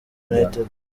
united